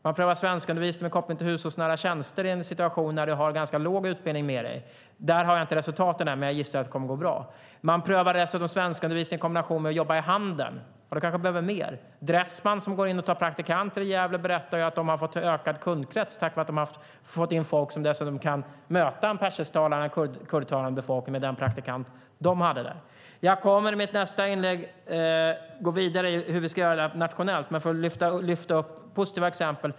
Man prövar svenskundervisning med koppling till hushållsnära tjänster i en situation när man har en ganska låg utbildning med sig. Där har jag inte resultaten än, men jag gissar att det kommer att gå bra. Man prövar dessutom svenskundervisning i kombination med jobb i handeln. Där kanske man behöver mer. Dressman som går in och tar praktikanter i Gävle berättar att de har fått en ökad kundkrets tack vare att de har fått in praktikanter som dessutom kan möta en persisktalande och kurdisktalande befolkning. Jag kommer i mitt nästa inlägg att gå vidare med hur vi ska göra det nationellt. Men jag ska fortsätta att lyfta upp positiva exempel.